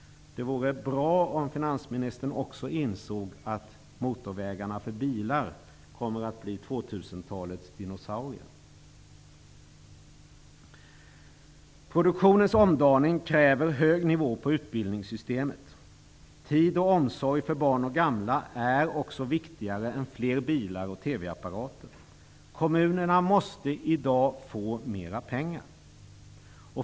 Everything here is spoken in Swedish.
Det vore bra om finansministern också insåg att motorvägarna för bilar kommer att bli 2000-talets dinosaurier. Produktionens omdaning kräver hög nivå på utbildningssystemet. Tid och omsorg för barn och gamla är också viktigare än fler bilar och TV apparater. Kommunerna måste i dag få mera pengar.